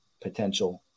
potential